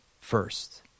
first